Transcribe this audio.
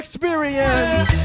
Experience